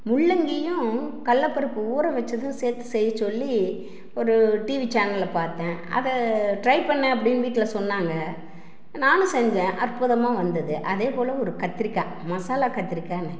முள்ளங்கியும் கடல்ல பருப்பு ஊற வச்சது சேர்த்து செய்ய சொல்லி ஒரு டிவி சேனலில் பார்த்தேன் அதை ட்ரை பண்ண அப்படின்னு வீட்டில் சொன்னாங்க நானும் செஞ்சேன் அற்புதமா வந்தது அதேபோல ஒரு கத்திரிக்காய் மசாலா கத்திரிக்காய்னு